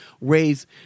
raise